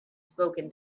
spoken